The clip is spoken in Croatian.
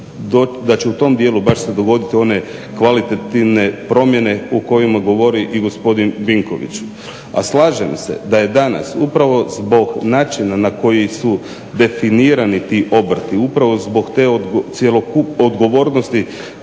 da će u tom dijelu baš se dogoditi one kvalitativne promjene o kojima govori i gospodin Vinković. A slažem se da je danas upravo zbog načina na koji su definirani ti obrti, upravo zbog te odgovornosti